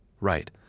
Right